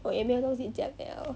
我也没有东西讲了